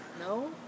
No